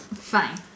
fine